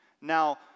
Now